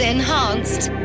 Enhanced